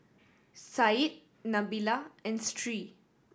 Said Nabila and Sri